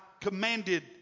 commanded